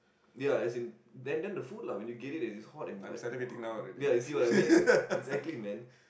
ya as in then then the food lah when you get it and it's hot and you're like !wow! ya you see what I mean exactly man